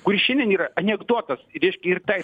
kur šiandien yra anekdotas ir ir tai pačiai reiškia ir tai